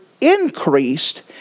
increased